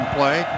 play